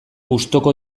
gustuko